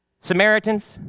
Samaritans